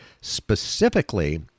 specifically